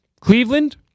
Cleveland